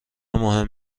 مهم